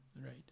Right